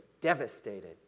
devastated